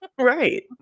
right